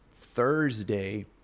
Thursday